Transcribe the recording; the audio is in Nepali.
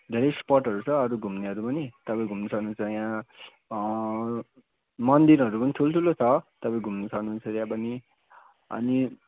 धेरै स्पटहरू छ अरू घुम्नेहरू पनि तपाईँ घुम्न सक्नुहुन्छ यहाँ मन्दिरहरू पनि ठुल्ठुलो छ तपाईँ घुम्न सक्नुहुन्छ त्यहाँ पनि अनि